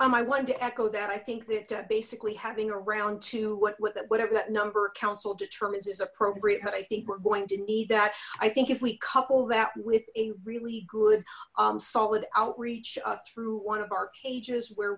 um i wanted to echo that i think that basically having around to what with it whatever that number council determines is appropriate but i think we're going to need that i think if we couple that with a really good solid outreach through one of our pages where